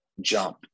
jump